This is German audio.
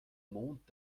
mond